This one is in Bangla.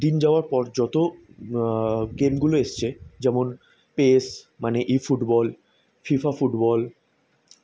দিন যাওয়ার পর যতো গেমগুলো এসেছে যেমন পেস মানে ই ফুটবল ফিফা ফুটবল